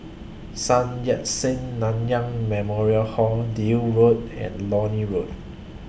Sun Yat Sen Nanyang Memorial Hall Deal Road and Leonie Hill